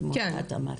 כמו שאת אמרת,